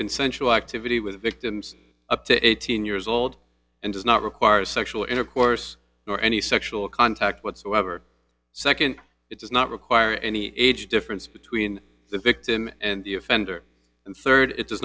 consensual activity with victims up to eighteen years old and does not require sexual intercourse nor any sexual contact whatsoever second it does not require any age difference between the victim and the offender and third it does